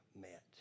met